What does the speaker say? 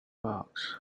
box